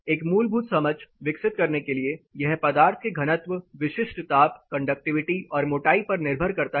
एक मूलभूत समझ विकसित करने के लिए यह पदार्थ के घनत्व विशिष्ट ताप कंडक्टिविटी और मोटाई पर निर्भर करता है